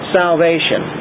salvation